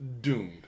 doomed